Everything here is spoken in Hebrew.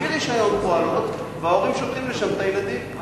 בלי רשיון וההורים שולחים לשם את הילדים.